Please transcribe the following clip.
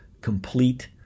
complete